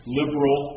liberal